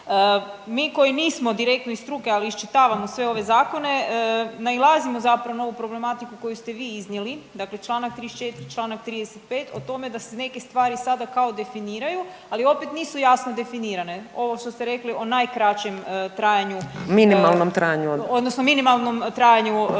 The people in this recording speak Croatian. Mi koji nismo direktne struke ali iščitavamo sve ove zakone nailazimo zapravo na ovu problematiku koju ste iznijeli dakle, članak 34. i članak 35. o tome da se neke stvari sada kao definiraju, ali opet nisu jasno definirane. Ovo što ste rekli o najkraćem trajanju …… /Upadica: Minimalnom trajanju./